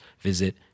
visit